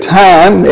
time